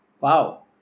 Wow